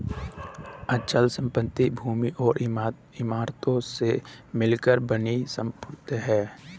अचल संपत्ति भूमि और इमारतों से मिलकर बनी संपत्ति है